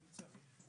דקה.